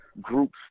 groups